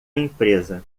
empresa